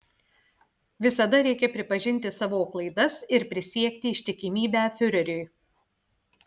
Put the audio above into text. visada reikia pripažinti savo klaidas ir prisiekti ištikimybę fiureriui